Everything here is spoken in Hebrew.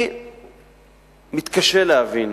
אני מתקשה להבין